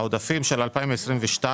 העודפים של 22'